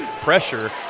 pressure